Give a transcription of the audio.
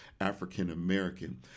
african-american